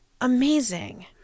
Amazing